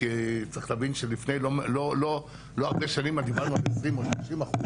כי צריך להבין שלפני לא הרבה שנים דיברנו על 20% או 30%,